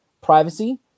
privacy